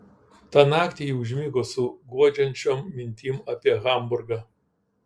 tą naktį ji užmigo su guodžiančiom mintim apie hamburgą